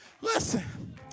Listen